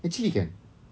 actually kan